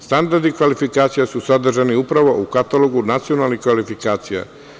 Standardi kvalifikacija su sadržani upravo u katalogu nacionalnih kvalifikacija.